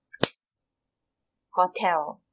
hotel